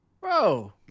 Bro